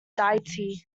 deity